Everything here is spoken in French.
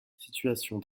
situation